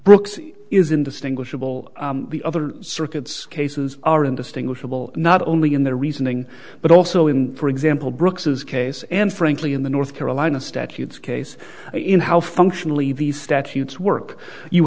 brooks is indistinguishable the other circuits cases are indistinguishable not only in their reasoning but also in for example brooks's case and frankly in the north carolina statutes case in how functionally these statutes work you